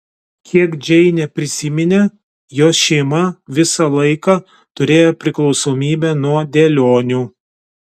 kiek džeinė prisiminė jos šeima visą laiką turėjo priklausomybę nuo dėlionių